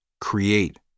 Create